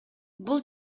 бул